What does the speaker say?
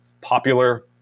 popular